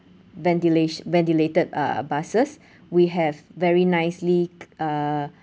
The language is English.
ventilati~ ventilated uh buses we have very nicely k~ uh